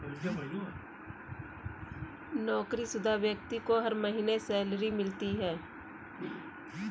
नौकरीशुदा व्यक्ति को हर महीने सैलरी मिलती है